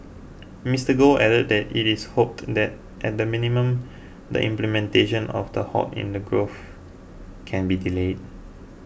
Mr Goth added that it is hoped that at the minimum the implementation of the halt in the growth can be delayed